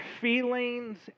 feelings